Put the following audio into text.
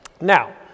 Now